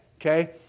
Okay